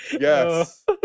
Yes